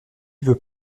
veut